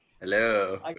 Hello